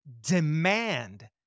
demand